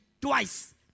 twice